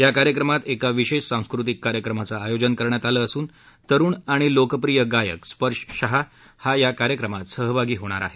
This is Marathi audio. या कार्यक्रमात एका विशेष सांस्कृतिक कार्यक्रमाचं आयोजन करण्यात आलं असून तरुण आणि लोकप्रिय गायक स्पर्श शहा हा या कार्यक्रमात सहभागी होणार आहेत